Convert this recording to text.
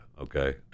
okay